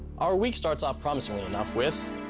our week starts off promisingly enough with.